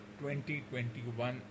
2021